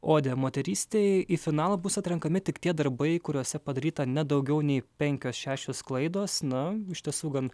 odė moterystei į finalą bus atrenkami tik tie darbai kuriuose padaryta ne daugiau nei penkios šešios klaidos nu iš tiesų gan